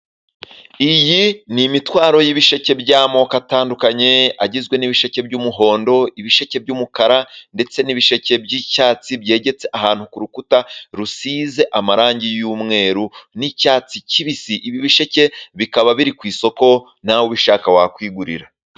Iyi ni imitwaro y'ibisheke by'amoko atandukanye agizwe n'ibisheke by'umuhondo, ibisheke by'umukara ndetse n'ibisheke by'icyatsi, byegetse ahantu ku rukuta rusize amarangi y'umweru n'icyatsi kibisi, ibi bisheke bikaba biri ku isoko nawe ubishaka wakwigurira.